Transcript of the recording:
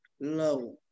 Low